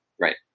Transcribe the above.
Right